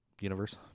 universe